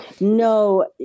No